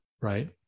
Right